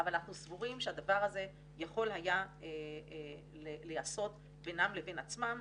אבל אנחנו סבורים שהדבר הזה יכול היה להיעשות בינם לבין עצמם